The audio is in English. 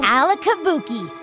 Alakabuki